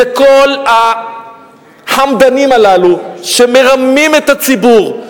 זה כל החמדנים הללו שמרמים את הציבור.